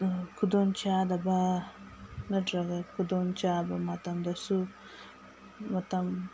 ꯈꯨꯗꯣꯡ ꯆꯥꯗꯕ ꯅꯠꯇ꯭ꯔꯒ ꯈꯨꯗꯣꯡ ꯆꯥꯕ ꯃꯇꯝꯗꯁꯨ ꯃꯇꯝ